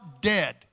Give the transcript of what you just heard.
dead